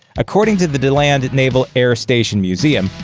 according to the deland naval air station museum,